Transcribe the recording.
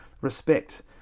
respect